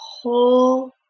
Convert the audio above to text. whole